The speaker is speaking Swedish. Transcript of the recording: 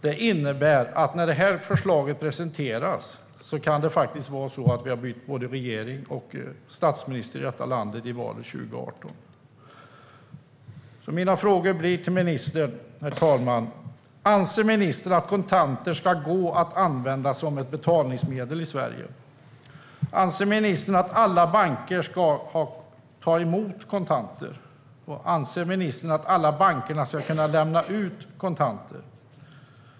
Det innebär att när förslaget presenteras kan vi ha bytt både regering och statsminister i detta land efter valet 2018. Herr talman! Mina frågor till ministern är: Anser ministern att kontanter ska gå att använda som ett betalningsmedel i Sverige? Anser ministern att alla banker ska ta emot kontanter? Anser ministern att alla banker ska kunna lämna ut kontanter?